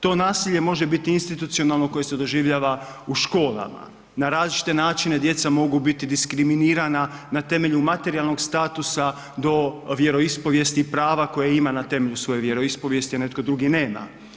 To nasilje može biti institucionalno koje se doživljava u školama, na različite načine djeca mogu biti diskriminirana, na temelju materijalnog statusa do vjeroispovijesti i prava koje ima na temelju svoje vjeroispovijesti jer netko drugo nema.